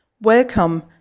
Welcome